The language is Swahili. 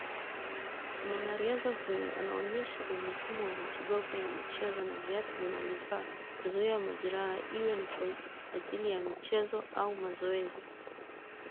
Mwanariadha huyu anaonyesha umuhimu wa matibabu ya michezo na viatu vina vifaa kuzuia majeraha iwe kwa ajili ya michezo au mazoezi.